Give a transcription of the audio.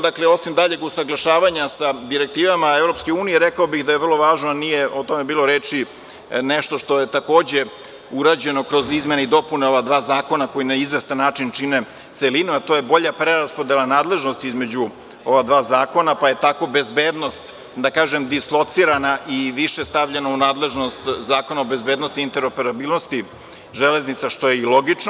Dakle, osim daljih usaglašavanja sa direktivama EU, rekao bih da je vrlo važno, nije o tome bilo reči, nešto što je takođe urađeno kroz izmene i dopune ova dva zakona koji na izvestan način čine celinu, a to je bolja preraspodela nadležnosti između ova dva zakona, pa je tako bezbednost, da kažem, dislocirana i više stavljena u nadležnost Zakona o bezbednosti i interoperabilnosti železnica, što je i logično.